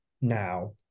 now